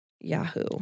Yahoo